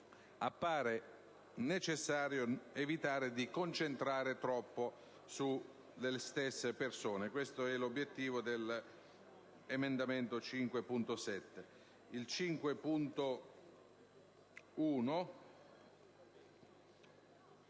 appare necessario evitare di concentrare troppe funzioni sulle stesse persone. Questo è l'obiettivo dell'emendamento 5.7.